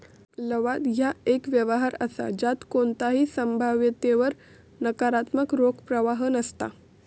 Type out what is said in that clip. लवाद ह्या एक व्यवहार असा ज्यात कोणताही संभाव्यतेवर नकारात्मक रोख प्रवाह नसता